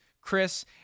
Chris